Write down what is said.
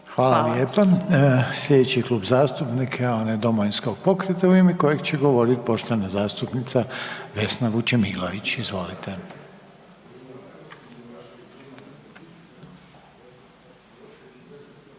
Hvala lijepa. Slijedeći Klub zastupnika je onaj Domovinskog pokreta u ime kojeg će govoriti poštovana zastupnica Vesna Vučemilović, izvolite.